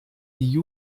die